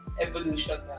evolution